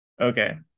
okay